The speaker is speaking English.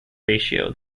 ratio